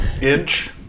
Inch